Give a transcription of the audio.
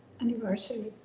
anniversary